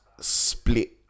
split